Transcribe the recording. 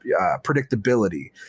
predictability